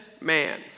man